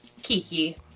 kiki